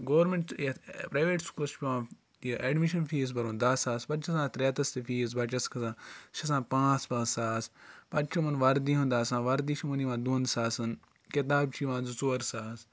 government یَتھ private سکوٗلَس چھُ پٮ۪وان یہِ اٮ۪ڈمِشَن فیٖس بَرُن دَہ ساس پَتہٕ چھُ آسان اَتھ رٮ۪تَس تہِ فیٖس بَچَس کھَسان سُہ چھُ آسان پانٛژھ پانٛژھ ساس پَتہٕ چھُ یِمَن وَردی ہُنٛد آسان وَردی چھِ یِمَن یِوان دۄن ساسَن کِتاب چھِ یِوان زٕ ژور ساس